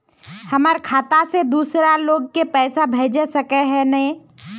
हमर खाता से दूसरा लोग के पैसा भेज सके है ने?